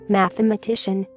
mathematician